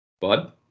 Bud